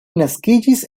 naskiĝis